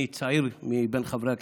אני צעיר מבין חברי הכנסת.